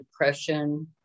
depression